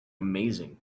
amazing